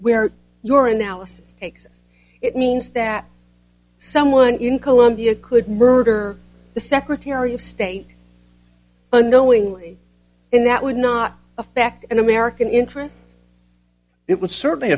where your analysis takes it means that someone in colombia could murder the secretary of state unknowingly in that would not affect an american interest it would certainly